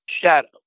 shadow